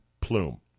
plume